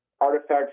artifacts